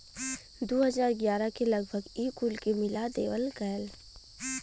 दू हज़ार ग्यारह के लगभग ई कुल के मिला देवल गएल